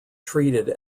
treated